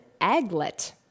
aglet